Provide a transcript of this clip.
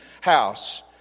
house